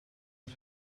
els